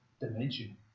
dimension